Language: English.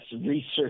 research